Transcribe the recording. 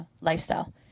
lifestyle